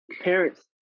parents